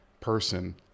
person